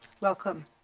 Welcome